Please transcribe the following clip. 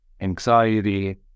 anxiety